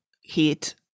heat